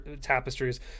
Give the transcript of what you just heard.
tapestries